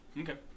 Okay